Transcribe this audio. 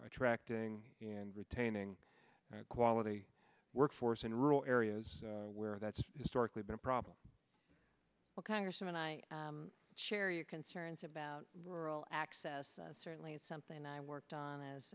attracting and retaining quality workforce in rural areas where that's historically been a problem well congressman i share your concerns about rural access certainly it's something i worked on as